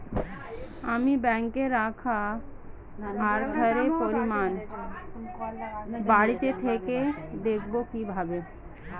আমি ব্যাঙ্কে রাখা অর্থের পরিমাণ বাড়িতে থেকে দেখব কীভাবে?